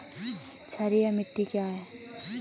क्षारीय मिट्टी क्या है?